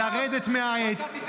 לרדת מהעץ ---- דרעי ישלח אותם לקרב,